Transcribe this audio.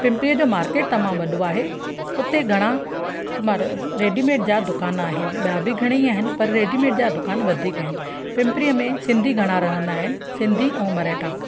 पिंपरीअ जो मार्केट तमामु वॾो आहे उते घणा बार रेडीमेड जा दुकान आहिनि बया बि घणेई आहिनि पर रेडीमेड जा दुकानु वधीक आहिनि पिंपरीअ में सिंधी घणा रहंदा आहिनि सिंधी ऐं मरेठा